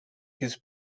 his